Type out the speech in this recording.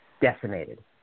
decimated